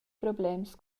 problems